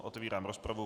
Otevírám rozpravu.